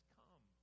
come